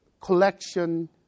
collection